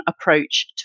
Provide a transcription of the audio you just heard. approach